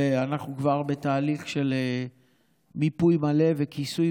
ואנחנו כבר בתהליך של מיפוי מלא וכיסוי